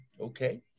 Okay